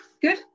good